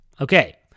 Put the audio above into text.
Okay